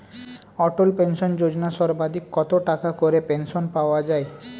অটল pension Yojana সর্বাধিক কত টাকা করে পেনশন পাওয়া যায়?